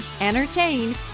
entertain